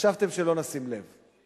חשבתם שלא נשים לב.